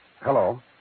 Hello